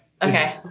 Okay